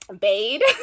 Bade